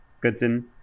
goodson